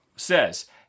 says